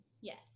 Yes